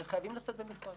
וחייבים לצאת למכרז.